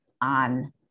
on